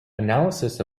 analysis